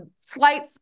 slight